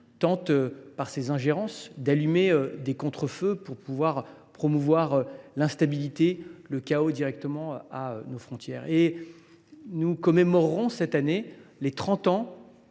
tente, par ses ingérences, d’allumer des contre feux pour promouvoir l’instabilité et le chaos directement à nos frontières ! Nous commémorerons cette année les 30 ans